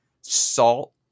salt